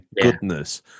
goodness